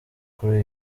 kuri